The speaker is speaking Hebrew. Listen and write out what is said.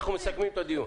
אנחנו מסכמים את הדיון.